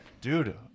Dude